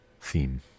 theme